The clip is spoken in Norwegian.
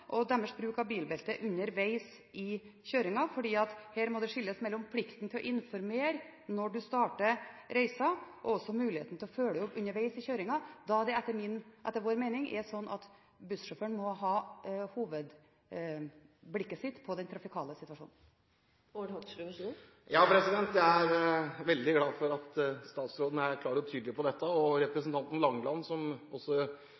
og deres bruk av bilbelte underveis i kjøringen. Her må det skilles mellom plikten til å informere når man starter reisen, og muligheten til å følge opp underveis i kjøringen, da det etter vår mening er sånn at bussjåføren må ha hovedblikket sitt på den trafikale situasjonen. Jeg er veldig glad for at statsråden er klar og tydelig på dette. Representanten Langeland, som også